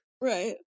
Right